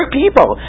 people